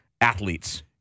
athletes